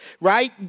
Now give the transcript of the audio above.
right